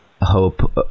hope